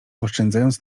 oszczędzając